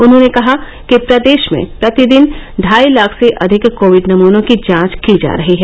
उन्होंने कहा कि प्रदेश में प्रतिदिन ढाई लाख से अधिक कोविड नमूनों की जांच की जा रही है